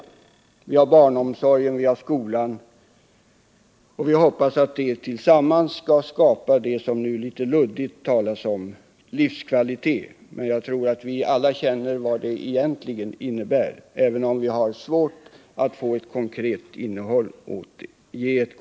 Andra viktiga områden är barnomsorgen och skolan. Vi hoppas att vi tillsammans skall kunna skapa vad som nu litet luddigt beskrivs som livskvalitet. Jag tror att vi alla känner vad det begreppet egentligen innebär, även om vi har svårt att ge ett konkret innehåll åt det.